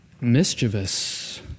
mischievous